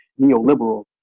neoliberal